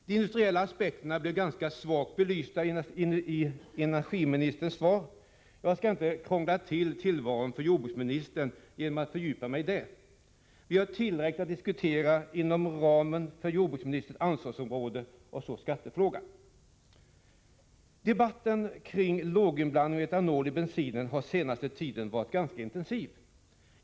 De industriella aspekterna blev ganska svagt belysta i energiministerns svar, men jag skall inte krångla till tillvaron för jordbruksministern genom att fördjupa mig i det. Vi har tillräckligt att diskutera inom ramen för jordbruksministerns ansvarsområde. Därtill kommer skattefrågan. Debatten kring låginblandning av etanol i bensinen har den senaste tiden varit ganska intensiv.